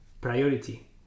priority